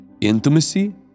Intimacy